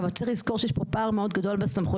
אבל צריך לזכור שיש פה פער מאוד גדול בסמכויות.